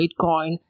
Bitcoin